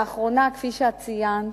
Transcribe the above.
לאחרונה כפי שאת ציינת,